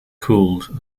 cooled